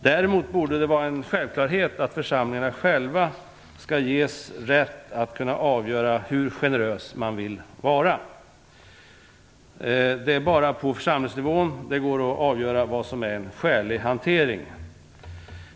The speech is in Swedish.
Däremot borde det vara en självklarhet att församlingarna själva skall ges rätt att avgöra hur generösa de vill vara. Det är bara på församlingsnivå som man kan avgöra vad som är en skälig hantering.